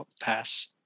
pass